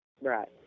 Right